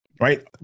Right